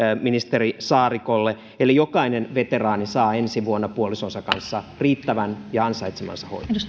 ministeri saarikolle eli jokainen veteraani saa ensi vuonna puolisonsa kanssa riittävän ja ansaitsemansa